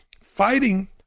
fighting